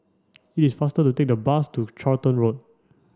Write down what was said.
it is faster to take the bus to Charlton Road